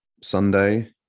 Sunday